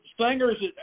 stingers